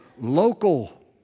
local